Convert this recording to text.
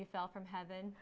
you fell from heaven